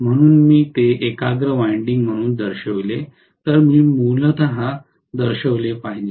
म्हणून मी ते एकाग्र वायंडिंग म्हणून दर्शविले तर मी मूलत दर्शविले पाहिजे